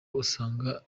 usanga